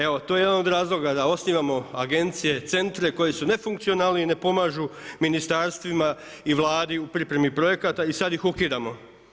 Evo to je jedan od razloga da osnivamo agencije, centre koji su nefunkcionalni i ne pomažu ministarstvima i Vladi u pripremi projekata i sada ih ukidamo.